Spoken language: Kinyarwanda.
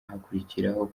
hakurikiraho